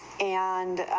and